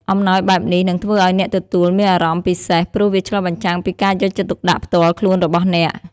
អំណោយបែបនេះនឹងធ្វើឱ្យអ្នកទទួលមានអារម្មណ៍ពិសេស ព្រោះវាឆ្លុះបញ្ចាំងពីការយកចិត្តទុកដាក់ផ្ទាល់ខ្លួនរបស់អ្នក។